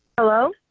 hello,